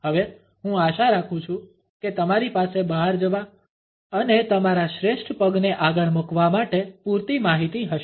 હવે હું આશા રાખું છું કે તમારી પાસે બહાર જવા અને તમારા શ્રેષ્ઠ પગને આગળ મૂકવા માટે પૂરતી માહિતી હશે